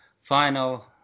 final